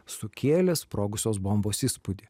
sukėlė sprogusios bombos įspūdį